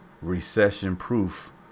recession-proof